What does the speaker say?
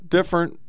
Different